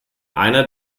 einer